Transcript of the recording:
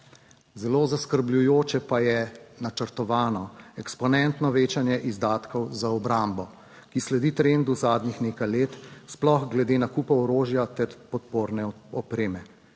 Zelo zaskrbljujoče pa je načrtovano eksponentno večanje izdatkov za obrambo, ki sledi trendu zadnjih nekaj let, sploh glede nakupa orožja ter podporne opreme.